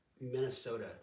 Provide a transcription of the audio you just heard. Minnesota